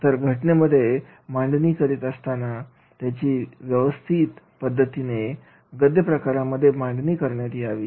तर घटनेचे मांडणी करत असताना त्याची व्यवस्थित पद्धतीने गद्य प्रकारामध्ये मांडणी करण्यात यावी